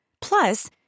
Plus